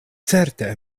certe